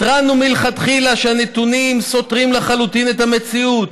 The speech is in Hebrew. התרענו מלכתחילה שהנתונים סותרים לחלוטין את המציאות,